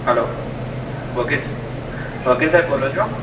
હાલો વકીલ વકીલ સાહેબ બોલો છો